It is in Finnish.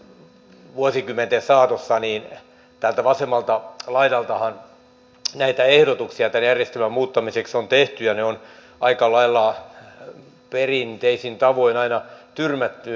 oikeastaan vuosikymmenten saatossa täältä vasemmalta laidaltahan näitä ehdotuksia tämän järjestelmän muuttamiseksi on tehty niin ne on aika lailla perinteisin tavoin aina tyrmätty